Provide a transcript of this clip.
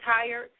tired